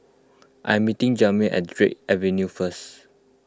I am meeting Jamir at Drake Avenue first